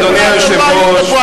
אדוני היושב-ראש,